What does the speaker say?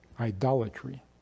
Idolatry